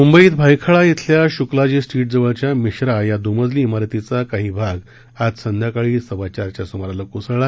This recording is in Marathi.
म्ंबईत भायखळा इथं श्क्लाजी स्ट्रीटजवळच्या मिश्रा या द्मजली इमारतीचा काही भाग आज सायंकाळी सव्वा चारच्या स्माराला कोसळला